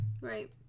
Right